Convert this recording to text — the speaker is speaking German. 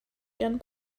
ihren